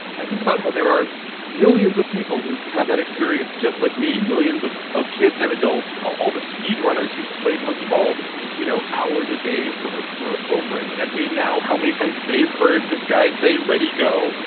i think about how there are millions of people who had that experience just like me millions of of kids and adults, all the speedrunners who played monkey ball you know hours a day for for over a decade now how many times they've heard this guy say ready, go,